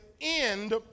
end